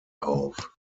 auf